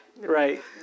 Right